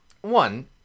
one